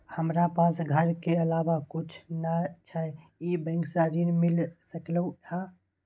हमरा पास घर के अलावा कुछ नय छै ई बैंक स ऋण मिल सकलउ हैं?